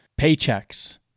paychecks